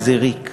איזה ריק,